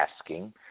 asking